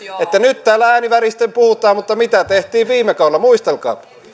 nyt täällä ääni väristen puhutaan mutta mitä tehtiin viime kaudella muistelkaa